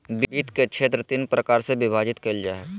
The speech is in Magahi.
वित्त के क्षेत्र तीन प्रकार से विभाजित कइल जा हइ